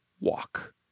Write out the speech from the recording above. walk